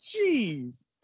Jeez